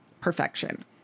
perfection